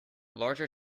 larger